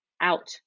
out